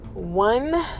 one